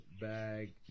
Bag